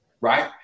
right